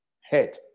head